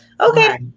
okay